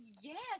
Yes